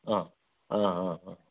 ಹಾಂ ಹಾಂ ಹಾಂ ಹಾಂ